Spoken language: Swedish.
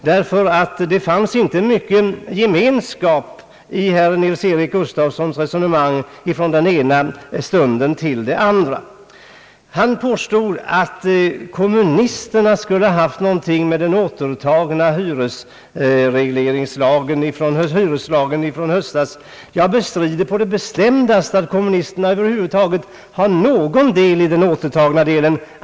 Det fanns nämligen inte mycken gemenskap i herr Nils-Eric Gustafssons resonemang från den ena stunden till den andra. Han påstod att kommunisterna skulle ha haft någonting att göra med återtagningen av propositionen om hyreslagen i höstas. Jag bestrider på det bestämdaste att kommunisterna över huvud taget har någon del i det återtagandet.